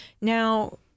Now